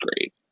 great